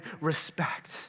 respect